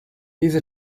these